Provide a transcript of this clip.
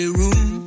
room